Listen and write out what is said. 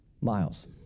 miles